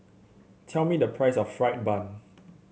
tell me the price of fried bun